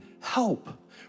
help